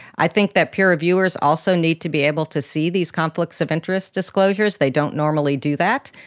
i think that peer reviewers also needs to be able to see these conflicts of interest disclosures, they don't normally do that,